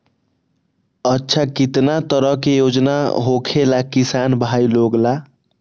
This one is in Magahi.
अच्छा कितना तरह के योजना होखेला किसान भाई लोग ला?